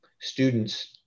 students